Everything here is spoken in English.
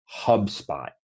HubSpot